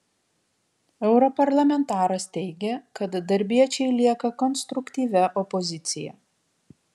europarlamentaras teigė kad darbiečiai lieka konstruktyvia opozicija